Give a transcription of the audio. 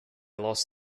lost